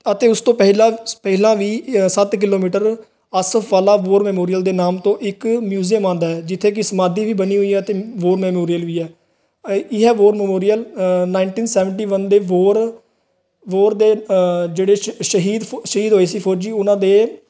ਅਤੇ ਉਸ ਤੋਂ ਪਹਿਲਾਂ ਪਹਿਲਾਂ ਵੀ ਸੱਤ ਕਿਲੋਮੀਟਰ ਆਸਫ਼ਵਾਲਾ ਵੋਰ ਮੈਮੋਰੀਅਲ ਦੇ ਨਾਮ ਤੋਂ ਇੱਕ ਮਿਊਜ਼ਅਮ ਆਉਂਦਾ ਹੈ ਜਿੱਥੇ ਕਿ ਸਮਾਧੀ ਵੀ ਬਣੀ ਹੋਈ ਹੈ ਅਤੇ ਵੋਰ ਮੈਮੋਰੀਅਲ ਵੀ ਹੈ ਇਹ war memorial nineteen seventy one ਦੇ ਵੋਰ ਵੋਰ ਦੇ ਜਿਹੜੇ ਸ਼ਹੀ ਸ਼ਹੀਦ ਫੌ ਸ਼ਹੀਦ ਹੋਏ ਸੀ ਫੌਜੀ ਉਹਨਾਂ ਦੇ